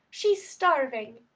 she's starving.